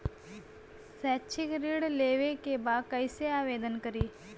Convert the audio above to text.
शैक्षिक ऋण लेवे के बा कईसे आवेदन करी?